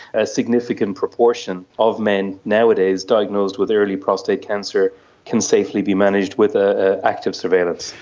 a significant proportion of men nowadays diagnosed with early prostate cancer can safely be managed with ah ah active surveillance.